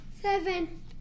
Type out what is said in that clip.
seven